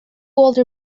older